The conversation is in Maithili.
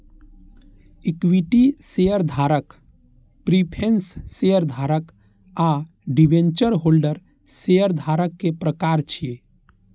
इक्विटी शेयरधारक, प्रीफेंस शेयरधारक आ डिवेंचर होल्डर शेयरधारक के प्रकार छियै